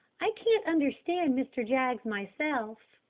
i can't understand mr. jaggs myself,